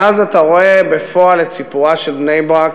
ואז אתה רואה בפועל את סיפורה של בני-ברק,